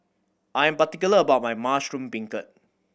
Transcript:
I am particular about my mushroom beancurd